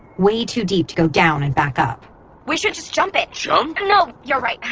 way too deep to go down and back up we should just jump it jump? no, you're right,